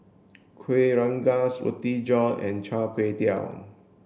Kueh Rengas Roti John and Char Kway Teow